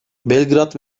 belgrad